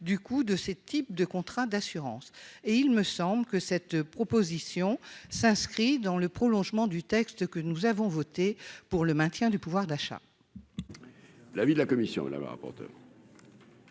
du coût des contrats d'assurance de ce type. Il me semble que cette proposition s'inscrit dans le prolongement du texte que nous avons voté pour protéger le pouvoir d'achat.